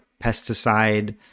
pesticide